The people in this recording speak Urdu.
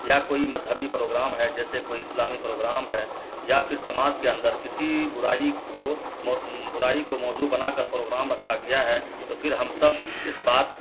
یا کوئی مذہبی پروگرام ہے جیسے کوئی اسلامی پروگرام ہے یا پھر سماج کے اندر کسی برائی کو برائی کو موضوع بنا کر پروگرام رکھا گیا ہے تو پھر ہم سب اس بات